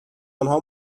آنها